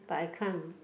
but I can't